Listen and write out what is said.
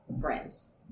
friends